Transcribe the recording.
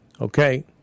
Okay